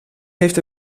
heeft